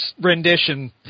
Rendition